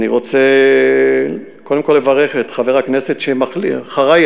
אני רוצה קודם כול לברך את חבר הכנסת שיעלה אחרי,